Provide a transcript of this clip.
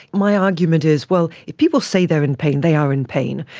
my argument is, well, if people say they're in pain, they are in pain.